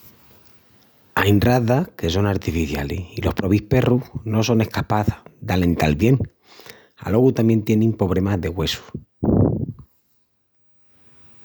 Ain razas que son artificialis i los probis perrus no son escapás d’alental bien. Alogu tamién tienin pobremas de güessus.